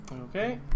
Okay